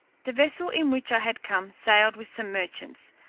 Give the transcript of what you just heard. the vessel in which i had come sailed with some merchants,